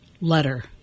letter